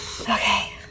Okay